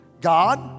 God